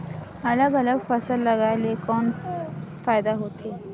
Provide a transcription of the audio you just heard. अलग अलग फसल लगाय ले कौन फायदा होथे?